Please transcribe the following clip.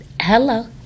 Hello